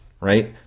right